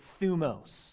thumos